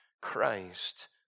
Christ